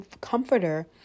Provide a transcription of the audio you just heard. comforter